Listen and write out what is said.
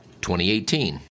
2018